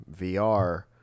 VR